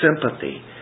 sympathy